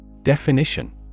Definition